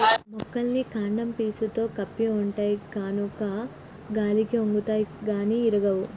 మొక్కలన్నీ కాండం పీసుతో కప్పి ఉంటాయి గనుక గాలికి ఒన్గుతాయి గాని ఇరగవు